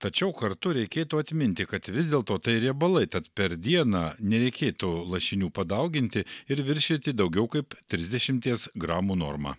tačiau kartu reikėtų atminti kad vis dėlto tai riebalai tad per dieną nereikėtų lašinių padauginti ir viršyti daugiau kaip trisdešimties gramų normą